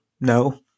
no